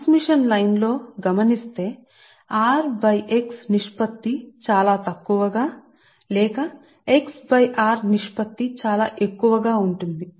transmission line కోసం మీరు rx నిష్పత్తి చాలా చిన్న దని లేదా లేకపోతే x బై r నిష్పత్తి చాలా ఎక్కువ అని మీరు చూస్తే